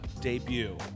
debut